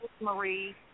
Marie